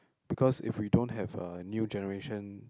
because if we don't have a new generation